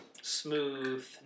smooth